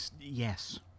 Yes